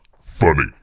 funny